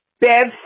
Bev